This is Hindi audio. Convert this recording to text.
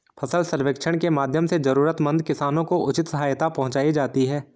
फसल सर्वेक्षण के माध्यम से जरूरतमंद किसानों को उचित सहायता पहुंचायी जाती है